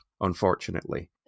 unfortunately